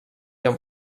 amb